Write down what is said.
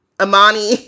Amani